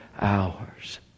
hours